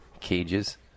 cages